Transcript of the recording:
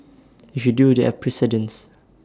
if you do there are precedents